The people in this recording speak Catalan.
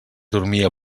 dormia